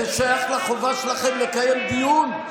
זה שייך לחובה שלכם לקיים דיון?